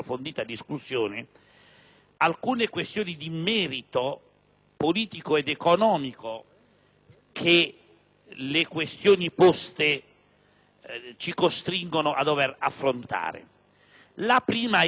alcune osservazioni di merito, politico ed economico, che le questioni poste ci costringono a dover affrontare. La prima di esse